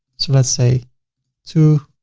so let's say two,